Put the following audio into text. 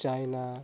China